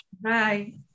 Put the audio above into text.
Bye